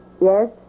Yes